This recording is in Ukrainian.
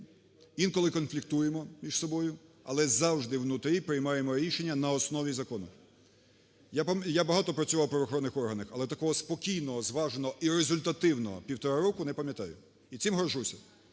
інколи конфліктуємо між собою, але завжди внутрі приймаємо рішення на основі закону. Я багато працював в правоохоронних органах, але такого спокійного, зваженого і результативного півтора року не пам'ятаю і цим горджуся.